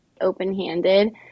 open-handed